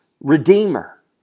Redeemer